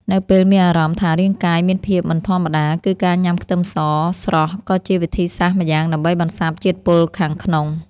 នៅពេលមានអារម្មណ៍ថារាងកាយមានភាពមិនធម្មតាគឺការញ៉ាំខ្ទឹមសស្រស់ក៏ជាវិធីសាស្ត្រម្យ៉ាងដើម្បីបន្សាបជាតិពុលខាងក្នុង។